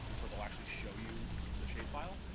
and so they'll actually show you the shapefile.